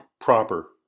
proper